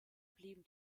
blieben